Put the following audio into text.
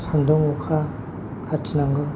सान्दुं अखा खाथिनांगौ